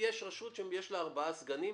יש רשות שיש לה ארבעה סגנים,